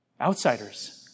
Outsiders